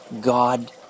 God